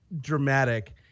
dramatic